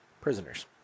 prisoners